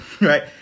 right